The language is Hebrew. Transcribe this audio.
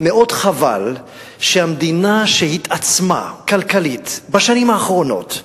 מאוד חבל שהמדינה, שהתעצמה כלכלית בשנים האחרונות,